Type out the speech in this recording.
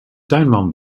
tuinman